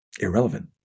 irrelevant